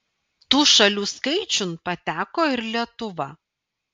tų šalių skaičiun pateko ir lietuva